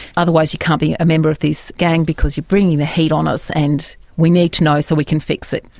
otherwise you can't be a member of this gang because you are bringing the heat on us, and we need to know so we can fix it.